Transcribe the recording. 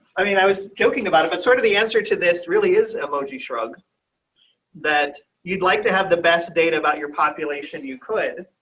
i mean, i was joking about it, but sort of the answer to this really is emoji shrugs that you'd like to have the best data about your population. you could,